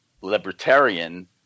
libertarian